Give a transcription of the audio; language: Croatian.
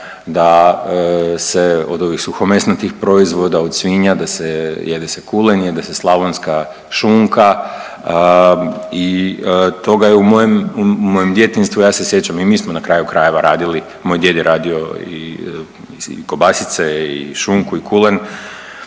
da se od ovih suhomesnatih proizvoda, od svinja da se jede se kulen, jede se slavonska šunka i toga je u mojem djetinjstvu ja se sjećam i mi smo na kraju krajeva radili, moj djed je radio i kobasice i šunku i kulen